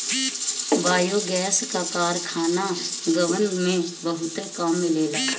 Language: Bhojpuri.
बायोगैस क कारखाना गांवन में बहुते कम मिलेला